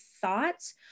thoughts